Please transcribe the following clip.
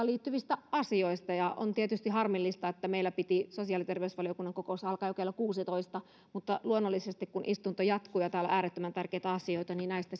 liittyvistä asioista ja on tietysti harmillista että meillä piti sosiaali ja terveysvaliokunnan kokous alkaa jo kello kuusitoista mutta luonnollisesti kun istunto jatkuu ja täällä on äärettömän tärkeitä asioita näistä